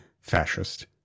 fascist